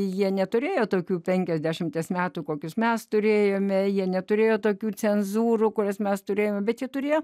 jie neturėjo tokių penkiasdešimties metų kokius mes turėjome jie neturėjo tokių cenzūrų kurias mes turėjome bet jie turėjo